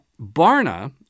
Barna